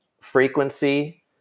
frequency